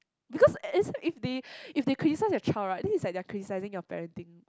because is if they if they criticise your child right then it's like they are criticising your parenting